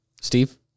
Steve